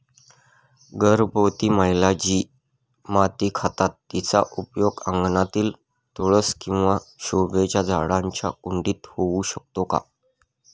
गर्भवती महिला जी माती खातात तिचा उपयोग अंगणातील तुळस किंवा शोभेच्या झाडांच्या कुंडीत होऊ शकतो का?